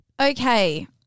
Okay